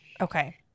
Okay